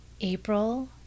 April